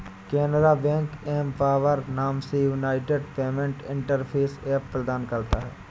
Canara bank empower नाम से unified payment interface app प्रदान करता हैं